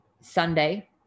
Sunday